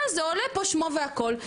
ואז עולה פה שמו והכול.